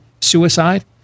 suicide